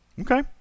Okay